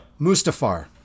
Mustafar